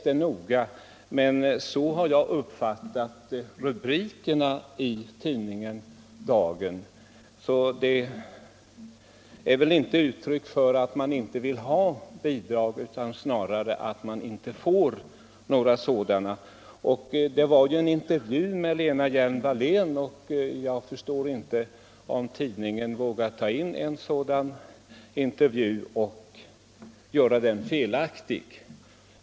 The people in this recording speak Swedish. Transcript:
Det är väl inte ett uttryck för att man inte vill ha bidrag, snarare en reaktion mot att man inte får några sådana. Det var en intervju med Lena Hjelm-Wallén, och jag förstår inte att tidningen skulle våga ta in en sådan intervju om den var felaktig.